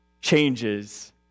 changes